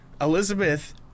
Elizabeth